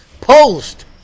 Post